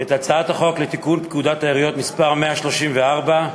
את הצעת חוק לתיקון פקודת העיריות (מס' 134),